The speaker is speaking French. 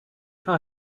fin